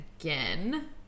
again